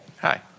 Hi